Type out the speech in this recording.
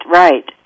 right